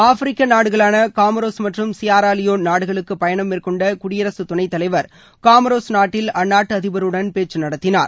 ஆப்பிரிக்க நாடுகளான காமோரோஸ் மற்றும் சியரா லியோன் நாடுகளுக்கு பயணம் மேற்கொண்டு குடியரசுத் துணைத் தலைவர் காமோரோஸ் நாட்டில் அந்நாட்டு அதிபருடன் பேச்சு நடத்தினார்